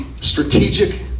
strategic